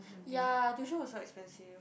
ya tuition was so expensive